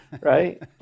Right